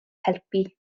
helpu